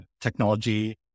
technology